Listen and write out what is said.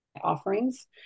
offerings